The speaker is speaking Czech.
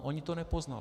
Oni to nepoznali.